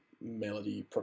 melody